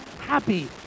happy